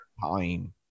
time